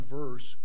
verse